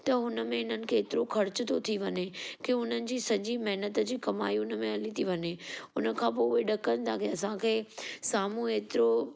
त हुनमें इन्हनि खे एतिरो ख़र्चु थो थी वञे की उन्हनि जी सॼी महिनत जी कमाई हुनमें हली थी वञे उनखां पोइ हू ॾकनि था की असांखे साम्हू हेतिरो